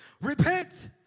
repent